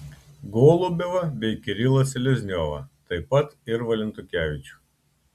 golubevą bei kirilą selezniovą taip pat ir valentukevičių